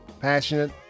passionate